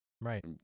Right